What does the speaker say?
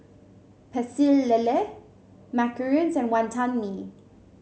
Pecel Lele macarons and Wantan Mee